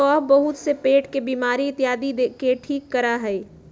सौंफ बहुत से पेट के बीमारी इत्यादि के ठीक करा हई